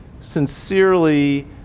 sincerely